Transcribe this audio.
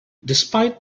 despite